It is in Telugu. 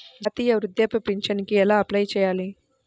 జాతీయ వృద్ధాప్య పింఛనుకి ఎలా అప్లై చేయాలి?